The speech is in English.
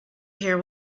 hear